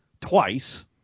twice